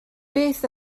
beth